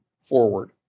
forward